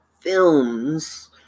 films